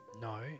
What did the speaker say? No